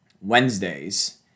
Wednesdays